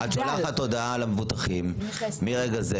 את שולחת הודעה למבוטחים שמרגע זה